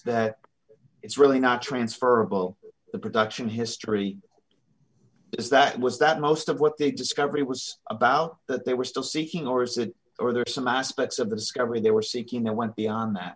that it's really not transferable the production history is that was that most of what they discovery was about that they were still seeking or is it or there are some aspects of the discovery they were seeking or went beyond that